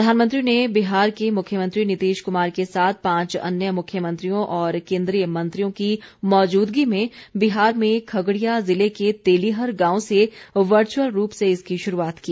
प्रधानमंत्री ने बिहार के मुख्यमंत्री नीतीश कुमार के साथ पांच अन्य मुख्यमंत्रियों और केन्द्रीय मंत्रियों की मौजूदगी में बिहार में खगडिया जिले के तेलिहर गांव से वर्चुअल रूप से इसकी शुरूआत की